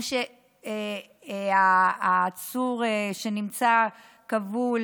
כאשר העצור נמצא כבול